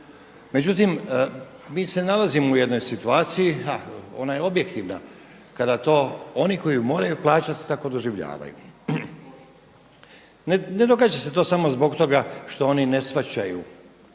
Međutim, mi se nalazimo u jednoj situaciji, ha ona je objektivna kada to oni koji je moraju plaćati tako doživljavaju. Ne događa se to samo zbog toga što oni ne shvaćaju